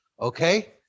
Okay